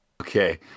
Okay